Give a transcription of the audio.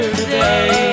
today